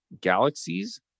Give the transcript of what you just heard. Galaxies